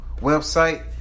website